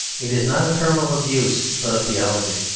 it is not a term of abuse, but of theology.